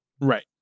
Right